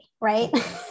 right